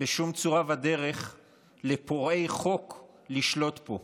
בשום צורה ודרך לפורעי חוק לשלוט פה,